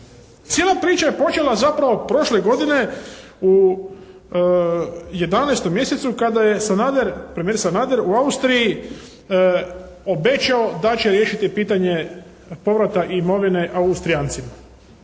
Cijela priča je počela zapravo prošle godine u 11. mjesecu kada je Sanader, premijer Sanader u Austriji obećao da će riješiti pitanje povrata imovine Austrijancima.